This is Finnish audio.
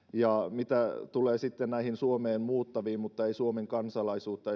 mitä tulee suomeen muuttaviin mutta ei suomen kansalaisuutta